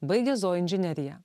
baigė zooinžineriją